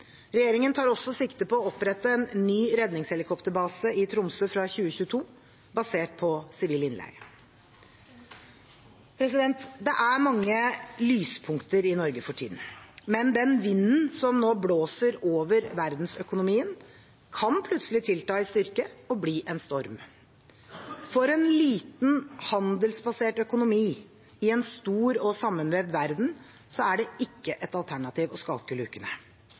Regjeringen tar også sikte på å opprette en ny redningshelikopterbase i Tromsø fra 2022, basert på sivil innleie. Det er mange lyspunkter i Norge for tiden. Men den vinden som nå blåser over verdensøkonomien, kan plutselig tilta i styrke og bli en storm. For en liten, handelsbasert økonomi i en stor og sammenvevd verden, er det ikke et alternativ å